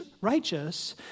righteous